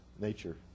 nature